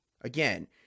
Again